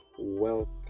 welcome